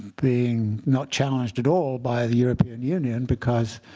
being not challenged at all by the european union because